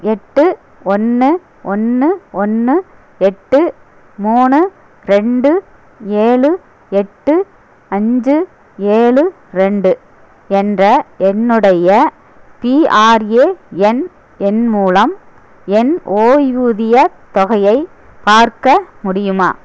எட்டு ஒன்று ஒன்று ஒன்று எட்டு மூணு ரெண்டு ஏழு எட்டு அஞ்சு ஏழு ரெண்டு என்ற என்னுடைய பிஆர்ஏஎன் எண் மூலம் என் ஓய்வூதியத் தொகையை பார்க்க முடியுமா